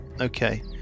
Okay